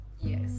Yes